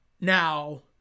Now